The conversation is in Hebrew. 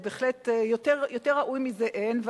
בהחלט, יותר ראוי מזה אין.